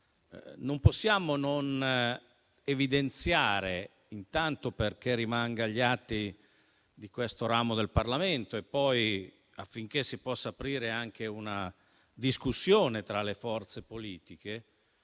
non possiamo non evidenziare, intanto perché rimanga agli atti di questo ramo del Parlamento e poi affinché si possa anche aprire una discussione tra le forze politiche